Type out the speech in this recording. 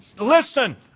listen